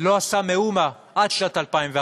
לא עשה מאומה עד שנת 2011,